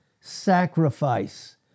sacrifice